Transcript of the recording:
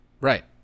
Right